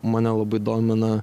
mane labai domina